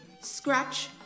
scratch